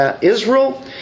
Israel